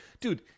dude